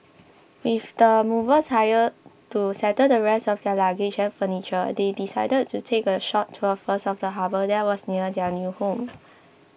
with the movers hired to settle the rest of their luggage and furniture they decided to take a short tour first of the harbour that was near their new home